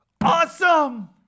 awesome